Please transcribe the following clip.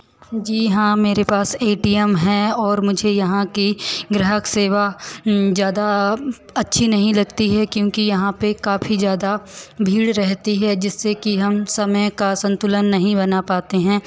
जी हाँ मेरे पास ए टी एम है और मुझे यहाँ की ग्राहक सेवा ज्यादा अच्छी नहीं लगती है क्योंकि यहाँ पर काफी ज्यादा भीड़ रहती है जिससे कि हम समय का संतुलन नहीं बना पाते हैं